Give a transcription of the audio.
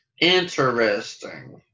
Interesting